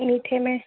मीठे में